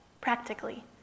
practically